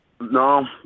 No